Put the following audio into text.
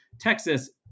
Texas